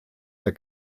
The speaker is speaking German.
der